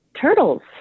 Turtles